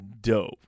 dope